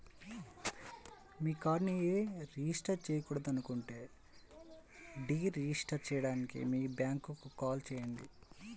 మీ కార్డ్ను రిజిస్టర్ చేయకూడదనుకుంటే deregister చేయడానికి మీ బ్యాంక్కు కాల్ చేయండి